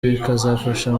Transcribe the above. bikazafasha